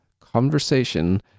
conversation